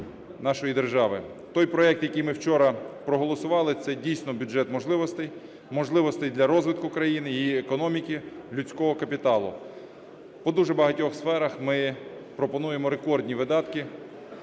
нашої держави. Той проект, який ми вчора проголосували, – це, дійсно, бюджет можливостей, можливостей для розвитку України, її економіки, людського капіталу. По дуже багатьох сферах ми пропонуємо рекордні видатки.